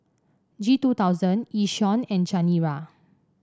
G two thousand Yishion and Chanira